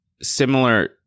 similar